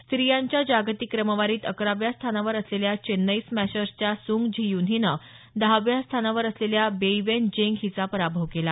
स्त्रियांच्या जागतिक क्रमवारीत अकराव्या स्थानावर असलेल्या चेन्नई स्मॅशर्सच्या सूंग जी ह्यून हिनं दहाव्या स्थानावर असलेल्या बेईवेन जेंग हिचा पराभव केला